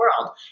world